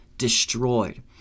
destroyed